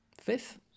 Fifth